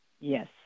Yes